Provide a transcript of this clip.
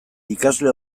ikasle